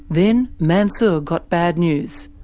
then, mansour got bad news.